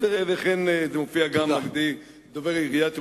וכך זה מופיע גם אצל דובר עיריית ירושלים: